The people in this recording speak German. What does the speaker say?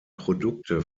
produkte